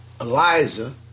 Eliza